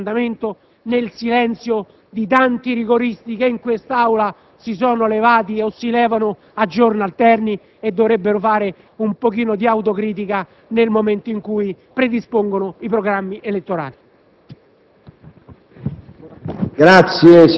e non determina le condizioni per il risanamento, nel silenzio di tanti rigoristi che in Aula si sono levati o si levano a giorni alterni e dovrebbero fare un pochino di autocritica nel momento in cui predispongono i programmi elettorali.